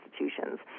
institutions